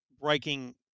breaking